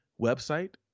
website